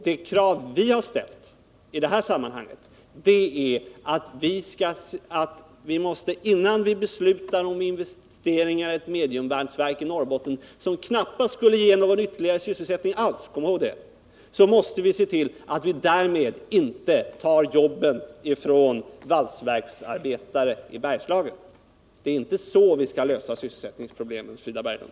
Det krav vi har ställt i det här sammanhanget är att innan riksdagen beslutar om investeringar i ett mediumvalsverk i Norrbotten — som knappast skulle ge någon ytterligare sysselsättning alls, kom ihåg det — måste vi se till att vi inte tar jobben från valsverksarbetare i Bergslagen. Det är inte så vi skall lösa sysselsättningsproblemen, Frida Berglund.